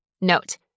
Note